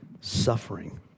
suffering